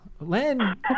Len